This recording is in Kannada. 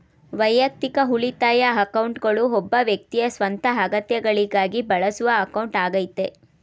ವೈಯಕ್ತಿಕ ಉಳಿತಾಯ ಅಕೌಂಟ್ಗಳು ಒಬ್ಬ ವ್ಯಕ್ತಿಯ ಸ್ವಂತ ಅಗತ್ಯಗಳಿಗಾಗಿ ಬಳಸುವ ಅಕೌಂಟ್ ಆಗೈತೆ